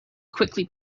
quickly